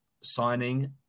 signing